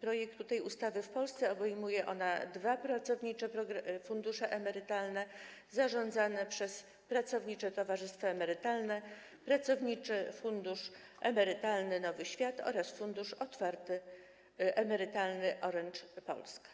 projektu tej ustawy w Polsce, obejmuje ona dwa pracownicze fundusze emerytalne zarządzane przez pracownicze towarzystwa emerytalne: Pracowniczy Fundusz Emerytalny Nowy Świat oraz Pracowniczy Fundusz Emerytalny Orange Polska.